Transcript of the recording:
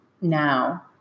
now